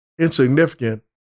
insignificant